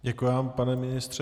Děkuji vám, pane ministře.